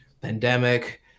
pandemic